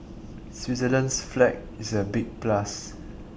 Switzerland's flag is a big plus